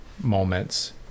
moments